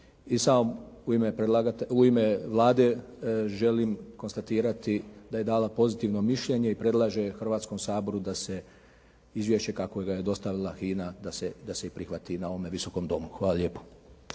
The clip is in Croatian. i u ime Vlade želim konstatirati da je dala pozitivno mišljenje i predlaže Hrvatskom saboru da se izvješće kako ga je dostavila HINA da se i prihvati na ovome Visokom domu. Hvala lijepo.